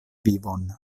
vivon